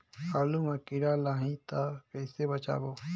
आलू मां कीड़ा लाही ता कइसे बचाबो?